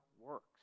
works